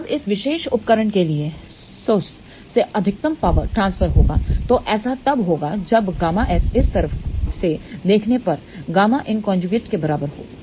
जब इस विशेष उपकरण के लिए स्रोत से अधिकतम पावर ट्रांसफर होगातो ऐसा तब होगा जब ƬS इस तरफ से देखने पर Ƭin के बराबर हो